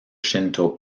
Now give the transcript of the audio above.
shinto